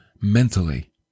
mentally